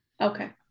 Okay